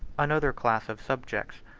another class of subjects,